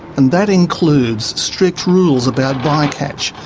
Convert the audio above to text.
and that includes strict rules about bycatch,